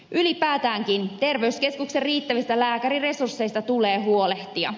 ylipäätäänkin terveyskeskuksen riittävistä lääkäriresursseista tulee huolehtia